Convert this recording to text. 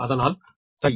அதனால் சரி